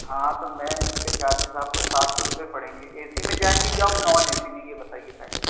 ہاں تو میم اس کے چارجز آپ کو سات سو روپئے پڑیں گے اے سی میں جائیں گی کہ آپ کہ نان اے سی میں یہ بتائیے پہلے